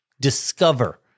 Discover